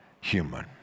human